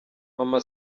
mama